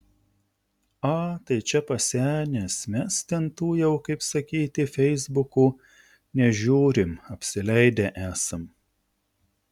a tai čia pasenęs mes ten tų jau kaip sakyti feisbukų nežiūrim apsileidę esam